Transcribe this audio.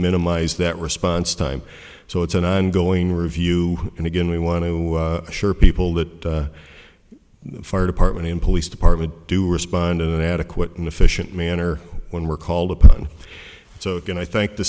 minimize that response time so it's an ongoing review and again we want to assure people that fire department and police department do respond in the adequate and official manner when we're called upon so that i thank the